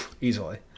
easily